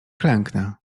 klęknę